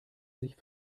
sich